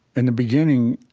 in the beginning,